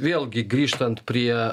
vėlgi grįžtant prie